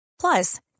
Plus